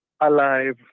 alive